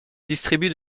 distribue